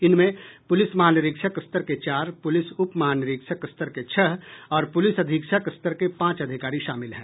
इनमें पुलिस महानिरीक्षक स्तर के चार पुलिस उप महानिरीक्षक स्तर के छह और पुलिस अधीक्षक स्तर के पांच अधिकारी शामिल हैं